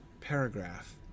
paragraph